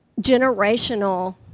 generational